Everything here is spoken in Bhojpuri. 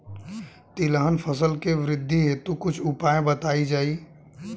तिलहन फसल के वृद्धी हेतु कुछ उपाय बताई जाई?